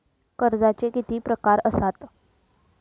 कर्जाचे किती प्रकार असात?